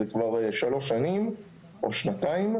זה כבר 3 שנים, או שנתיים,